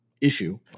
issue